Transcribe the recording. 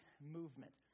Movement